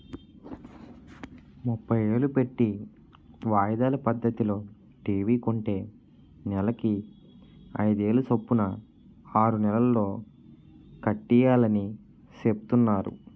ముప్పై ఏలు పెట్టి వాయిదాల పద్దతిలో టీ.వి కొంటే నెలకి అయిదేలు సొప్పున ఆరు నెలల్లో కట్టియాలని సెప్తున్నారు